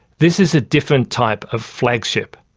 this is a different type of flagship.